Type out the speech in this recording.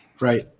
right